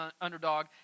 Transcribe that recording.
underdog